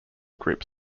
groups